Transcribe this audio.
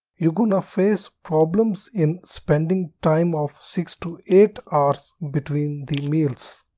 you gonna face problems in spending time of six to eight hours between the meals.